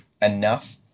enough